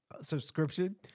subscription